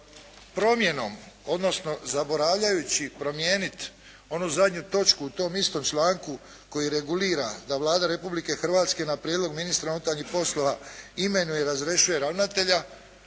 zaboravljajući promijeniti onu zadnju točku u tom istom članku koji regulira da Vlada Republike Hrvatske na prijedlog ministra unutarnjih poslova imenuje i razrješuje ravnatelja,